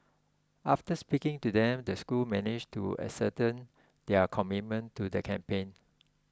after speaking to them the school managed to ascertain their commitment to the campaign